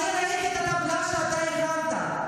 אני ראיתי את הטבלה שאתה הכנת,